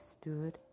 stood